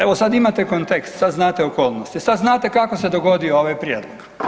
Evo sad imate kontekst, sad znate okolnosti, sad znate kako se dogodio ovaj prijedlog.